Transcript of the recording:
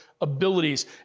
abilities